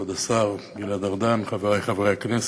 כבוד השר גלעד ארדן, חברי חברי הכנסת,